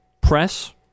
Press